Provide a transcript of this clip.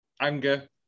anger